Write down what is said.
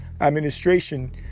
administration